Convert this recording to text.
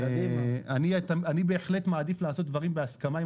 אני בהחלט מעדיף לעשות דברים בהסכמה עם